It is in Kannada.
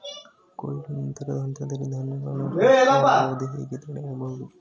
ಕೊಯ್ಲು ನಂತರದ ಹಂತದಲ್ಲಿ ಧಾನ್ಯಗಳ ನಷ್ಟವಾಗುವುದನ್ನು ಹೇಗೆ ತಡೆಯಬಹುದು?